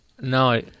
No